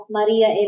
Maria